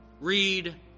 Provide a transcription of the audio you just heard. Read